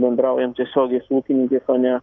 bendraujam tiesiogiai su ūkininkais o ne